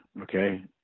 Okay